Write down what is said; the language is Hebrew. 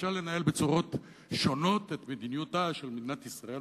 אפשר לנהל בצורות שונות את מדיניותה של מדינת ישראל,